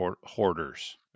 hoarders